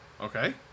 Okay